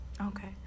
Okay